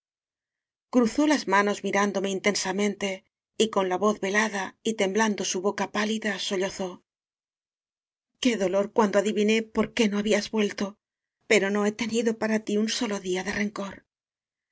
cruzó las manos mirándome intensamen te y con la voz velada y temblando su boca pálida sollozó qué dolor cuando adiviné por qué no habías vuelto pero no he tenido para ti un solo día de